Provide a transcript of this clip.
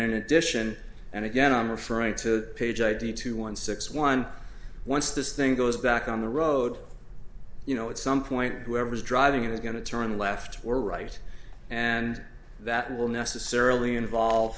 in addition and again i'm referring to page i d two one six one once this thing goes back on the road you know it's some point whoever's driving it is going to turn left or right and that will necessarily involve